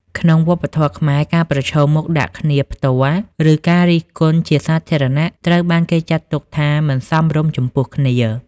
ក្នុងវប្បធម៌ខ្មែរ ការប្រឈមមុខដាក់គ្នាផ្ទាល់ ឬការរិះគន់ជាសាធារណៈ ត្រូវបានគេចាត់ទុកថាមិនសមរម្យចំពោះគ្នា។